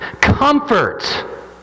comfort